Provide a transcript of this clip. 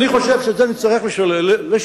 אני חושב שאת זה נצטרך לשנות,